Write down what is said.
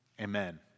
Amen